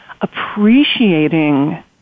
appreciating